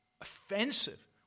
offensive